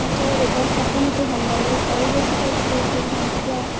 ଆଚାର ବେଭାର ସବୁ ମୋତେ ଭଲ ଲାଗେ ପରିବେଶଟା ବି ବହୁତ ଶାନ୍ତ